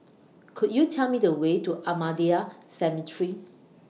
Could YOU Tell Me The Way to Ahmadiyya Cemetery